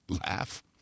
laugh